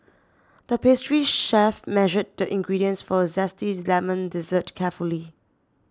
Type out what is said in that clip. the pastry chef measured the ingredients for a Zesty Lemon Dessert carefully